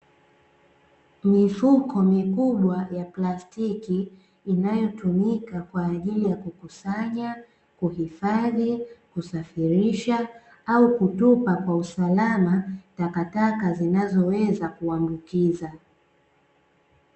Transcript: Mifuko mikubwa ya plastiki, inayotumika kwa ajili ya kukusanya, kuhifadhi, kusafirisha au kutupa kwa usalama takataka zinazoweza kuambukiza.